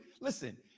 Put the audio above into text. Listen